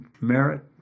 merit